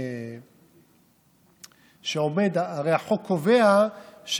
הרי החוק קובע,